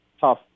tough